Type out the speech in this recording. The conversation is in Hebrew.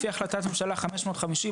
לפי החלטת ממשלה 550,